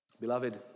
Beloved